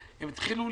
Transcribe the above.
הם התחילו להתמחות.